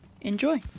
enjoy